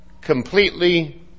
completely